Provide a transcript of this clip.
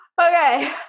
Okay